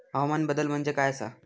हवामान बदल म्हणजे काय आसा?